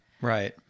Right